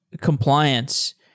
compliance